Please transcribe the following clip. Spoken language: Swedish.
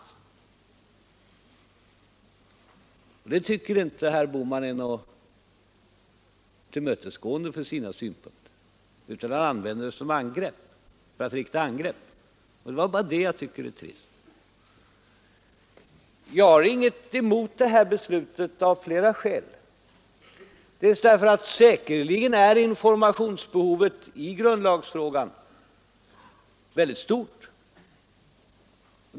Men herr Bohman tycker inte att det är något tillmötesgående för hans synpunkter utan använder tillfället till att rikta angrepp. Det är detta jag tycker är trist. Av flera skäl har vi ingenting emot beslutet om en broschyr. Dels är säkerligen informationsbehovet i grundlagsfrågan mycket stort.